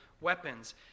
weapons